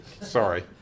sorry